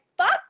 Fuck